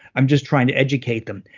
i'm just trying to educate them.